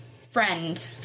friend